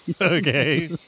Okay